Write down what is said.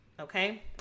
Okay